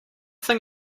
thing